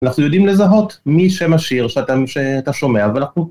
אנחנו יודעים לזהות מי שמשאיר, שאתה שומע, ואנחנו...